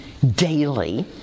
daily